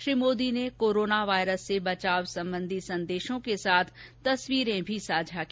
श्री मोदी ने corona virus से बचाव संबंधी संदेशों के साथ तस्वीरें भी साझा की